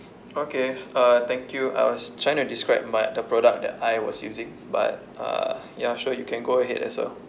okay uh thank you I was trying to describe my the product that I was using but uh ya sure you can go ahead as well